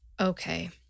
Okay